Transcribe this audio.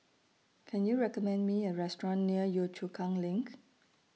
Can YOU recommend Me A Restaurant near Yio Chu Kang LINK